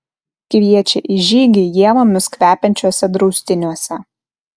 kviečia į žygį ievomis kvepiančiuose draustiniuose